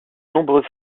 nombreux